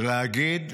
ולהגיד: